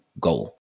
goal